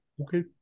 Okay